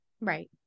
right